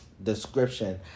description